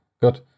Good